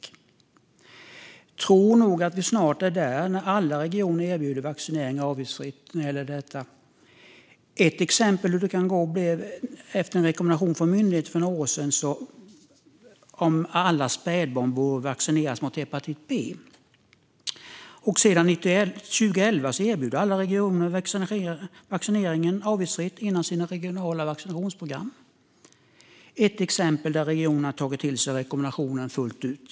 Jag tror nog att alla regioner snart kommer att erbjuda avgiftsfri vaccination för detta. Jag har ett exempel på hur det kan gå. Efter en rekommendation från myndigheten för några år sedan om att alla spädbarn borde vaccineras mot hepatit B erbjuder alla regioner sedan 2011 vaccinationen avgiftsfritt inom sina regionala vaccinationsprogram. Det är ett exempel på att regionerna har tagit till sig rekommendationen fullt ut.